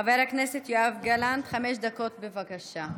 חבר הכנסת יואב גלנט, חמש דקות, בבקשה.